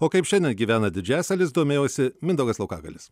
o kaip šiandien gyvena didžiasalis domėjosi mindaugas laukagalis